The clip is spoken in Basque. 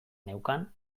neukan